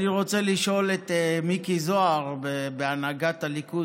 אני רוצה לשאול את מיקי זוהר בהנהגת הליכוד,